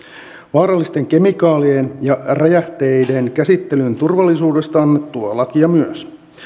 vaarallisten kemikaalien ja räjähteiden käsittelyn turvallisuudesta annettua lakia myös